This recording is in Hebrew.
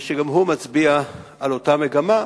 שגם הוא מצביע על אותה מגמה.